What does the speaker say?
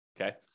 okay